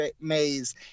Maze